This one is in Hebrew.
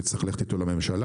נצטרך ללכת איתו לממשלה,